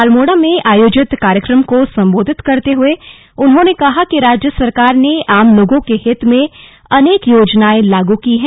अल्मोड़ा में आयोजित कार्यक्रम को संबोधित करते हुए उन्होंने कहा कि राज्य सरकार ने आम लोगों के हित में अनेक योजनांए लागू की हैं